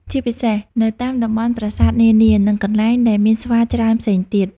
ជាពិសេស នៅតាមតំបន់ប្រាសាទនានា និងកន្លែងដែលមានស្វាច្រើនផ្សេងទៀត។